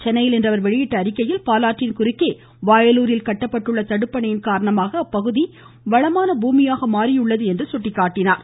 சென்னையில் இன்று அவர் வெளியிட்டுள்ள அறிக்கையில் பாலாற்றின் குறுக்கே வாயலூரில் கட்டப்பட்டுள்ள தடுப்பணையின் காரணமாக அப்பகுதி வளமான பூமியாக மாறியுள்ளது என்று அவர் சுட்டிக்காட்டியுள்ளார்